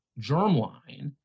germline